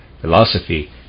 philosophy